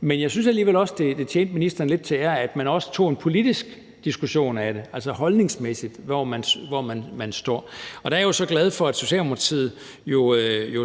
Men jeg synes alligevel også, at det tjente ministeren lidt til ære, at man også tog en politisk diskussion af det, altså hvor man står holdningsmæssigt, og der er jeg jo så glad for, at Socialdemokratiet